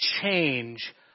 change